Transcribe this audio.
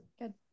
good